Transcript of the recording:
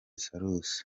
salusi